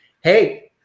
Hey